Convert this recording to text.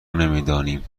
نمیدانیم